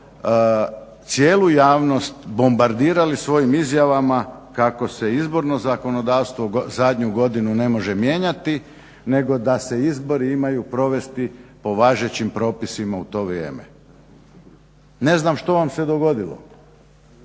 cijelu javnost bombardirali svojim izjavama kako se izborno zakonodavstvo zadnju godinu ne može mijenjati nego da se izbori imaju provesti po važećim propisima u to vrijeme. Ne znam što vam se dogodilo,